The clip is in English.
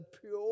pure